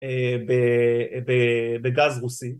בגז רוסי